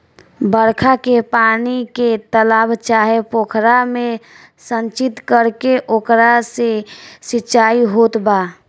बरखा के पानी के तालाब चाहे पोखरा में संचित करके ओकरा से सिंचाई होत बा